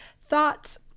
Thoughts